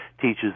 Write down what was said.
teaches